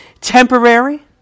temporary